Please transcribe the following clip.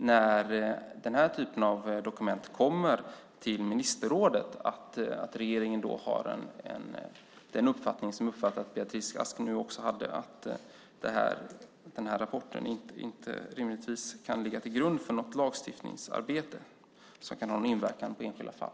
När den här typen av dokument kommer till ministerrådet hoppas jag att regeringen har den uppfattning som jag uppfattar att Beatrice Ask nu också har, att den här rapporten rimligtvis inte kan ligga till grund för något lagstiftningsarbete som kan ha inverkan på enskilda fall.